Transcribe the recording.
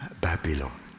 Babylon